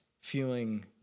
feeling